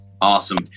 Awesome